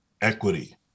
equity